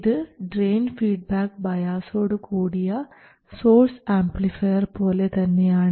ഇത് drain feedback ബയാസോടു കൂടിയ സോഴ്സ് ആംപ്ലിഫയർ പോലെ തന്നെയാണ്